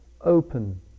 open